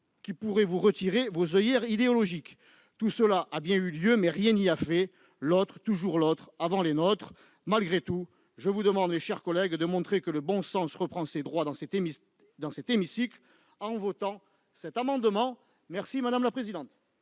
pour vous retirer vos oeillères idéologiques. Tout cela a bien eu lieu, mais rien n'y a fait ; l'autre, toujours l'autre, avant les nôtres ... Malgré tout, je vous demande, mes chers collègues, de montrer que le bon sens reprend ses droits dans cet hémicycle, en votant cet amendement. Quel est l'avis de